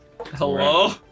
Hello